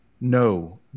No